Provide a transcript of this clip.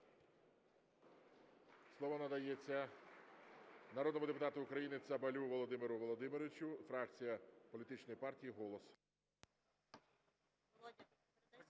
Слово надається народному депутату України Цабалю Володимиру Володимировичу, фракція політичної партії "Голос".